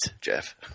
Jeff